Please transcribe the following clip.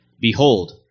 Behold